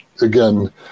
again